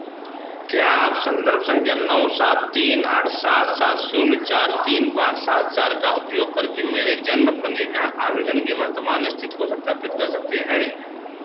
क्या आप संदर्भ संख्या नौ सात तीन आठ सात सात शून्य चार तीन पाँच सात चार का उपयोग करके मेरे जन्म पंजीकरण आवेदन की वर्तमान स्थिति को सत्यापित कर सकते हैं